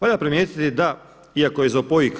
Valja primijetiti da iako je ZOPOIK